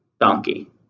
donkey